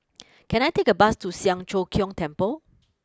can I take a bus to Siang Cho Keong Temple